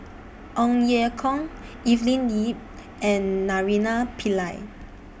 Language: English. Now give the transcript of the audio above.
Ong Ye Kung Evelyn NE and Naraina Pillai